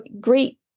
great